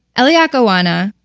elayak owayna,